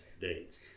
dates